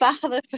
father